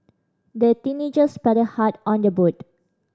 the teenagers paddled hard on their boat